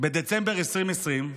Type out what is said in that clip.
בדצמבר 2020,